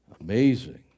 amazing